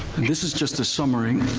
this is just a summary.